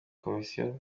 komisiyo